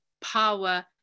power